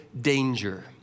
danger